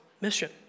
mission